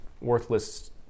worthless